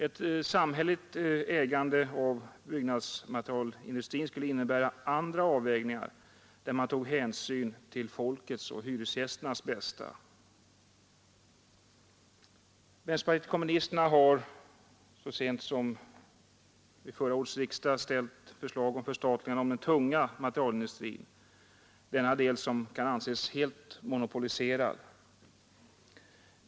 Ett samhälleligt ägande av byggnadsmaterialindustrin skulle medföra andra avvägningar, varvid man tar hänsyn till folkets och hyresgästernas bästa. Vänsterpartiet kommunisterna har så sent som vid förra årets riksdag ställt förslag om förstatligande av den tunga materialindustrin, den del av byggnadsmaterialindustrin som kan anses helt monopoliserad.